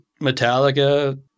Metallica